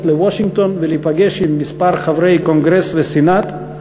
לוושינגטון ולהיפגש עם כמה חברי קונגרס וסנאט,